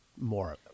More